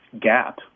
gap